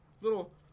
little